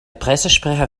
pressesprecher